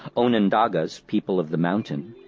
onondagas people of the mountain,